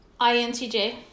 INTJ